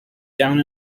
down